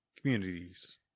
communities